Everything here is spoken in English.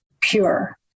pure